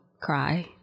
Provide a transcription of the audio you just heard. cry